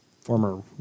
Former